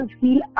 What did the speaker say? feel